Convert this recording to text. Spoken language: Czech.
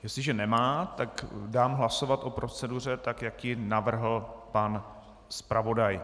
Jestliže nemá, tak dám hlasovat o proceduře, tak jak ji navrhl pan zpravodaj.